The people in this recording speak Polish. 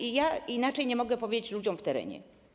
Inaczej nie mogę powiedzieć ludziom w terenie.